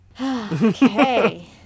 Okay